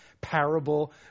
parable